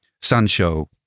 Sancho